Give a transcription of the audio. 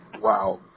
Wow